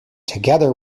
together